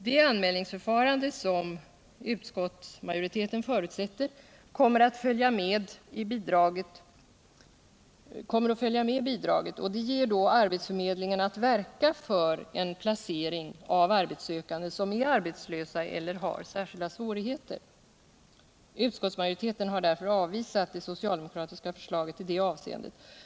Det anmälningsförfarande som utskottet förutsätter kommer att följa med bidraget ger arbetsförmedlingen möjlighet att verka för en placering av arbetssökande som är arbetslösa eller har särskilda svårigheter. Utskottsmajoriteten har därför avvisat det socialdemokratiska förslaget i det avseendet.